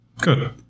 Good